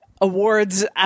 awards